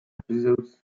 episodes